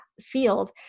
field